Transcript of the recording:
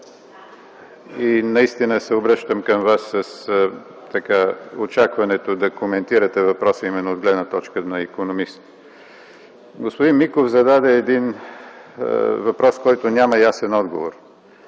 и наистина се обръщам към Вас с очакването да коментирате въпроса именно от гледна точка на икономист. Господин Миков зададе един въпрос, който няма ясен отговор.